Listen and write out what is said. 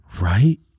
Right